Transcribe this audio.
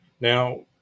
Now